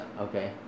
Okay